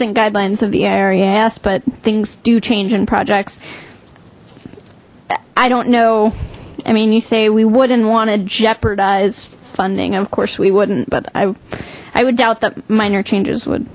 think guidelines of the area ask but things do change in projects i don't know i mean you say we wouldn't want to jeopardize funding of course we wouldn't but i i would doubt that minor changes would